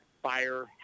Fire